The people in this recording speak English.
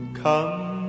come